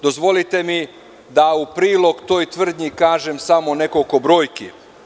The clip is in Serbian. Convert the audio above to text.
Dozvolite mi da u prilog toj tvrdnji kažem samo nekoliko brojki.